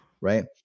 right